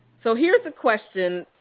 so here's a question.